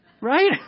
Right